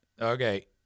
okay